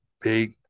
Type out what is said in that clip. big